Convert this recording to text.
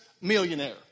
millionaire